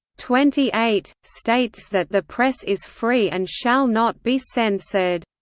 twenty eight, states that the press is free and shall not be censored.